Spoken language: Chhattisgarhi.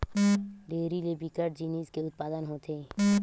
डेयरी ले बिकट जिनिस के उत्पादन होथे